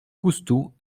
coustou